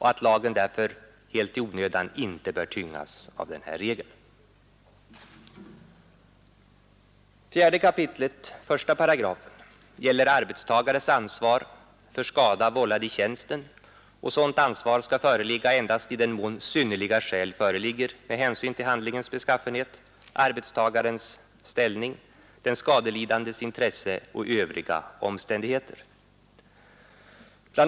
Lagen bör därför inte helt i onödan tyngas av denna regel. 4 kap. 1§ gäller arbetstagares ansvar för skada, vållad i tjänsten. Sådant ansvar skall föreligga endast i den mån ”synnerliga skäl” föreligger med hänsyn till handlingens beskaffenhet, arbetstagarens ställning, den skadelidandes intresse och övriga omständigheter. Bl.